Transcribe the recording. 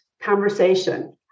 conversation